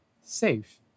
safe